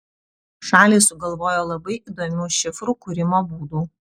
šalys sugalvojo labai įdomių šifrų kūrimo būdų